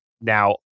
now